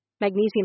Magnesium